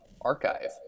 archive